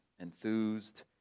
enthused